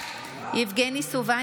יבגני סובה,